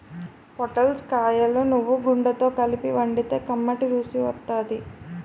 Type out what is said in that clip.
పొటల్స్ కాయలను నువ్వుగుండతో కలిపి వండితే కమ్మటి రుసి వత్తాది